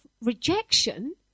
rejection